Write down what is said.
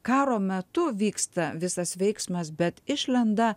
karo metu vyksta visas veiksmas bet išlenda